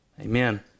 Amen